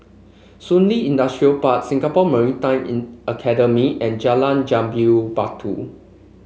Shun Li Industrial Park Singapore Maritime in Academy and Jalan Jambu Batu